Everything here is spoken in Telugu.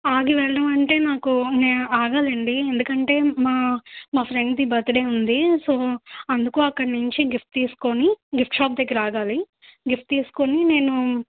ఆగి వెళ్ళడం అంటే నాకు నేను ఆగాలండీ ఎందుకంటే మా మా ఫ్రెండ్ది బర్త్డే ఉంది సో అందుకు అక్కడ్నుంచి గిఫ్ట్ తీసుకుని గిఫ్ట్ షాప్ దగ్గర ఆగాలి గిఫ్ట్ తీసుకుని నేను